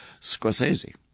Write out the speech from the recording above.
Scorsese